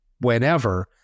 whenever